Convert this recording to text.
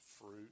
fruit